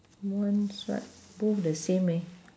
one stripe both the same eh